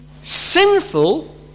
sinful